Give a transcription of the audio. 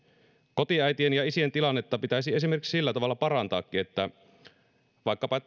kotiäitien ja isien tilannetta pitäisikin parantaa esimerkiksi sillä tavalla että kotihoitajalle vaikkapa